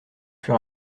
fur